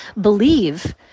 believe